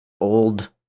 old